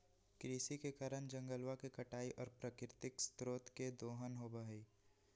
कृषि के कारण जंगलवा के कटाई और प्राकृतिक स्रोत के दोहन होबा हई